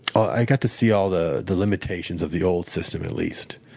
i got to see all the the limitations of the old system, at least.